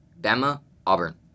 Bama-Auburn